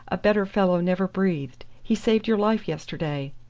a better fellow never breathed. he saved your life yesterday.